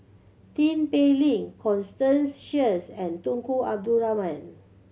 Tin Pei Ling Constance Sheares and Tunku Abdul Rahman